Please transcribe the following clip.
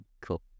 Cool